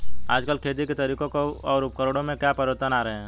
आजकल खेती के तरीकों और उपकरणों में क्या परिवर्तन आ रहें हैं?